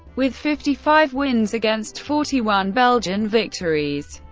with fifty five wins against forty one belgian victories.